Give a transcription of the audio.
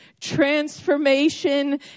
transformation